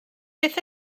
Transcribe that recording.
beth